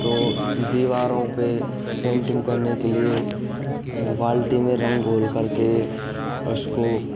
तो दीवारों पर पेंटिंग करने के लिए बाल्टी में रंग घोलकर के उसको